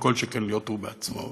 כל שכן להיות הוא בעצמו בהם.